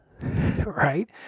right